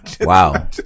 Wow